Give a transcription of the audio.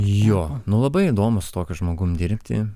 jo nu labai įdomu su tokiu žmogum dirbti